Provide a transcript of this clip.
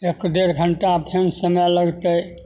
एक डेढ़ घण्टा फेन समय लगतय